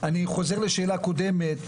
אני חוזר לשאלה קודמת,